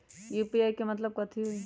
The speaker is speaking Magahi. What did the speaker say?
यू.पी.आई के मतलब कथी होई?